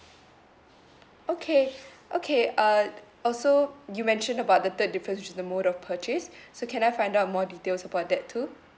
okay okay uh also you mentioned about the third difference which is the mode of purchase so can I find out more details about that too